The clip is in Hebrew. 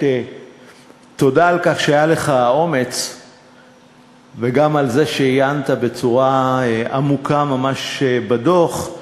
תודה על כך שהיה לך האומץ וגם על זה שעיינת בצורה ממש עמוקה בדוח,